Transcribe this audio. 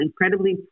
incredibly